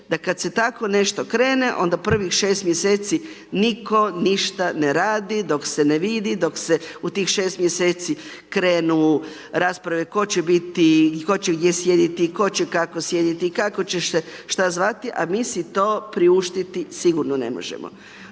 da kada se tako nešto krene onda prvih 6 mjeseci nitko ništa ne radi dok se ne vidi, dok se u tih 6 mjeseci krenu rasprave tko će biti i tko će gdje sjediti i tko će kako sjediti, kako će se šta zvati a mi si to priuštiti sigurno ne možemo.